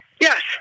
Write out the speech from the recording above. Yes